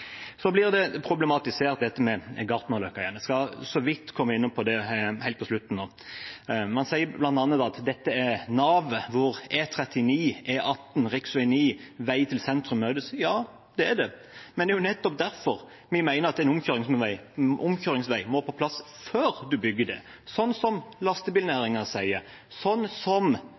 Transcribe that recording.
Så blir dette med Gartnerløkka problematisert igjen. Jeg skal komme så vidt innom det nå helt på slutten. Man sier bl.a. at dette er navet hvor E39, E18, rv. 9, vei til sentrum møtes. Ja, det er det. Men det er nettopp derfor vi mener at en omkjøringsvei må på plass før man bygger der – sånn som lastebilnæringen sier, sånn som